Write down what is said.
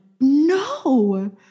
no